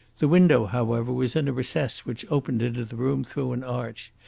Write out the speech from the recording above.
the window, however, was in a recess which opened into the room through an arch,